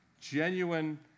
genuine